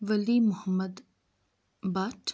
Wali Mohammad Bhat